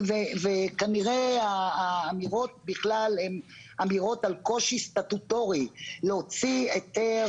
וכנראה האמירות בכלל הם אמירות על קושי סטטוטורי להוציא היתר